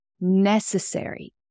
necessary